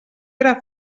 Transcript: era